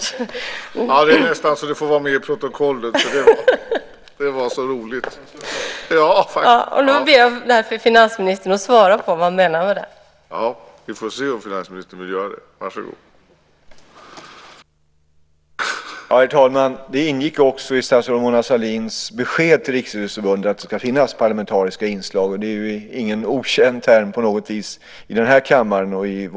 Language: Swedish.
Då ber jag finansministern svara på vad han menade med det.